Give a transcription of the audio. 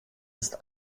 ist